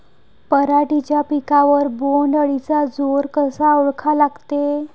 पराटीच्या पिकावर बोण्ड अळीचा जोर कसा ओळखा लागते?